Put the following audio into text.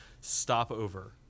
stopover